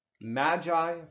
magi